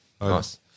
Nice